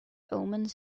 omens